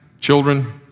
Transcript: children